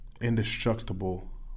Indestructible